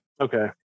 Okay